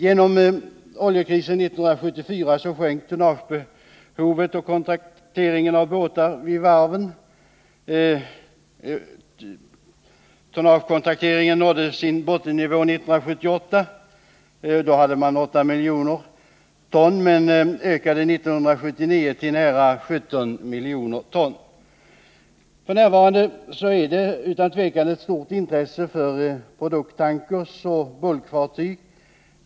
Genom oljekrisen 1974 sjönk tonnagebehovet och kontrakteringen av båtar vid varven. Tonnagekontrakteringen nådde sin bottennivå 1978 med 8 miljoner ton men ökade 1979 till nära 17 miljoner ton. F.n. finns det ett stort intresse för produkttankers och bulkfartyg.